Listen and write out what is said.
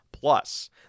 Plus